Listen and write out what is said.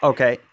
Okay